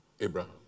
Abraham